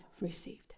received